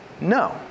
No